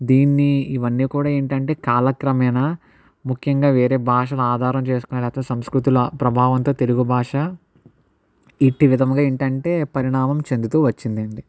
దీన్ని ఇవన్నీ కూడా ఏంటి అంటే కాలక్రమేణా ముఖ్యంగా వేరే భాషను ఆధారం చేసుకోని లేదా సంస్కృతిలో ప్రభావంతో తెలుగు భాష ఇట్టి విధముగా ఏంటి అంటే పరిణామం చెందుతూ వచ్చింది అండి